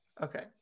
Okay